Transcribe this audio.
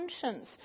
conscience